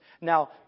Now